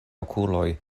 okuloj